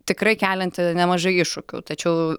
tikrai kelianti nemažai iššūkių tačiau